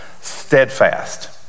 steadfast